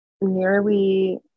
nearly